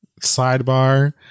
Sidebar